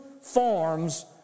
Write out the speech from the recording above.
forms